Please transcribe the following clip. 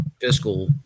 fiscal